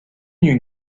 new